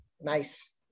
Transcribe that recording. Nice